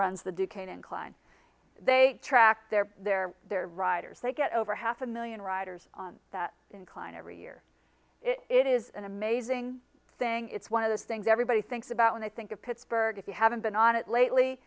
runs the duquesne incline they track their their their riders they get over half a million riders on that incline every year it is an amazing thing it's one of the things everybody thinks about when they think of pittsburgh if you haven't been on it lately